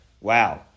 Wow